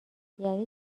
یعنی